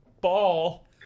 ball